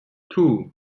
two